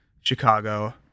Chicago